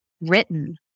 written